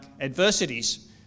adversities